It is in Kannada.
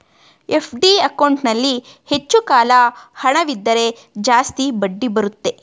ಎಫ್.ಡಿ ಅಕೌಂಟಲ್ಲಿ ಹೆಚ್ಚು ಕಾಲ ಹಣವಿದ್ದರೆ ಜಾಸ್ತಿ ಬಡ್ಡಿ ಬರುತ್ತೆ